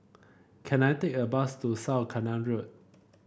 can I take a bus to South Canal Road